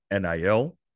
NIL